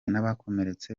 n’abakomeretse